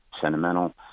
sentimental